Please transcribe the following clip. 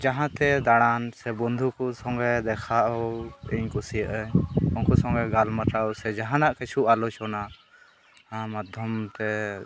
ᱡᱟᱦᱟᱸᱛᱮ ᱫᱟᱬᱟᱱ ᱥᱮ ᱵᱚᱱᱫᱷᱩᱠᱚ ᱥᱚᱸᱜᱮ ᱫᱮᱠᱷᱟᱣ ᱤᱧ ᱠᱩᱥᱤᱭᱟᱜᱼᱟ ᱩᱱᱠᱚ ᱥᱚᱸᱜᱮ ᱜᱟᱞᱢᱟᱨᱟᱣ ᱥᱮ ᱡᱟᱦᱟᱱᱟᱜ ᱠᱤᱪᱷᱩ ᱟᱞᱳᱪᱚᱱᱟ ᱢᱟᱫᱽᱫᱷᱚᱢᱛᱮ